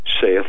saith